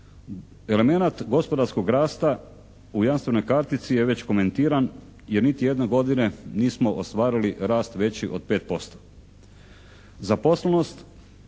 Elemenat gospodarskog rasta u jamstvenoj kartici je već komentiran jer niti jedne godine nismo ostvarili rast veći od 5%.